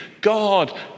God